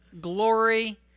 glory